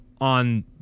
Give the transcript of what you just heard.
on